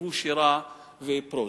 ושיכתבו שירה ופרוזה.